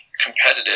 competitive